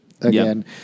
again